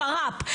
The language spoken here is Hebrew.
שר"פ,